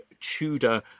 Tudor